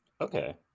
Okay